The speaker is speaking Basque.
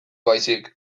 baizik